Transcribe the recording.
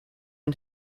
and